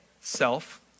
self